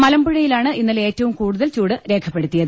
മലമ്പുഴയിലാണ് ഇന്നലെ ഏറ്റവും കൂടുതൽ ചൂട് രേഖപ്പെടുത്തിയത്